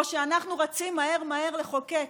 או שאנחנו רצים מהר מהר לחוקק.